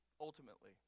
Ultimately